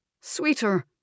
sweeter